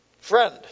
friend